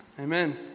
amen